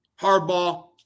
hardball